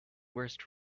worst